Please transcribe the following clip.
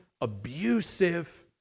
abusive